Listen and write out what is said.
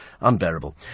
Unbearable